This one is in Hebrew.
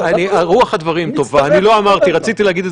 אסימטריה מוחלטת בין העובדה שההתיישבות